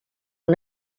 una